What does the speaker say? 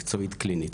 מקצועית וגם קלינית.